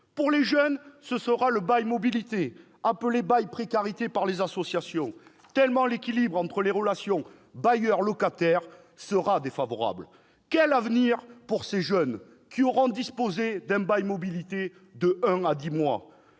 Pour les jeunes, ce sera le bail mobilité, appelé bail précarité par les associations tellement l'équilibre dans les relations entre bailleurs et locataires sera défavorable. Quel avenir pour ces jeunes qui auront disposé d'un bail mobilité de un à dix mois ?